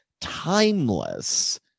timeless